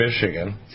Michigan